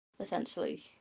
Essentially